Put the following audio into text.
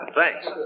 Thanks